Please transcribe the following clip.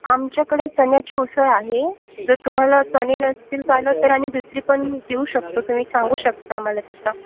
आमच्याकडे चण्याची उसळ आहे जर तुम्हाला चणे नसतील चालत तर आम्ही दुसरी पण देऊ शकतो तुम्ही सांगू शकता आम्हाला तसा